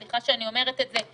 סליחה שאני אומרת את זה,